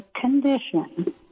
condition